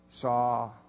saw